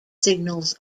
signals